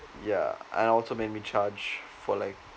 ya and also made me charged for like